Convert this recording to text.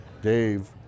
Dave